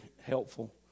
helpful